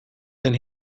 then